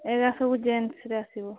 ଏଇୟା ସବୁ ଜିନ୍ସ୍ରେ ଆସିବ